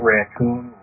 Raccoon